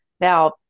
Now